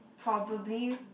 probably